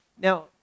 Now